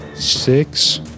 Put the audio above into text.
six